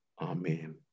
amen